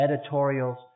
editorials